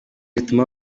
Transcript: zituma